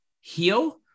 heal